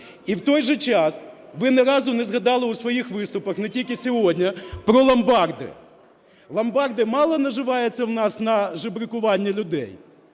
І в той же час, ви ні разу не згадали у своїх виступах, не тільки сьогодні, про ломбарди. Ломбарди мало наживаються в нас на жебракуванні людей?